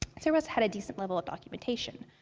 sayra's had a decent level of documentation.